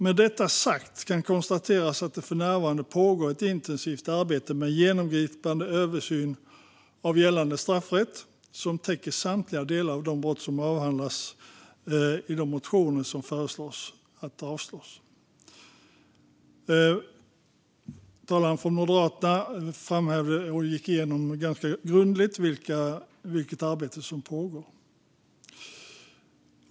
Med detta sagt kan konstateras att det för närvarande pågår ett intensivt arbete med en genomgripande översyn av gällande straffrätt som täcker samtliga delar av de brott som avhandlas i de motioner som föreslås avslås. Talaren från Moderaterna framhävde och gick ganska grundligt igenom vilket arbete som pågår.